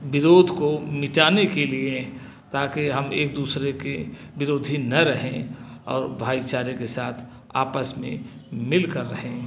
विरोध को मिटाने के लिए ताकि हम एक दूसरे के विरोधी न रहें और भाईचारे के साथ आपस में मिलकर रहें